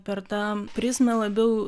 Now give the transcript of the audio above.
per tą prizmę labiau